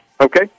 Okay